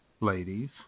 ladies